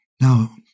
Now